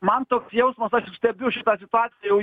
man toks jausmas aš stebiu šitą situaciją jau